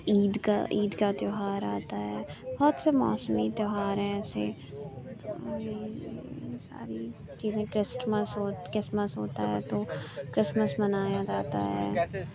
عید کا عید کا تیوہار آتا ہے بہت سے موسمی تیوہار ہیں ایسے یہ ساری چیزیں کرسٹمس کرسمس ہوتا ہے تو کرسمس منایا جاتا ہے